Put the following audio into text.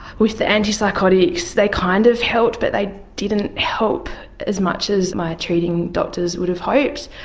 with the antipsychotics they kind of helped, but they didn't help as much as my treating doctors would have hoped.